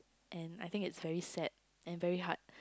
and I think is very sad and very hard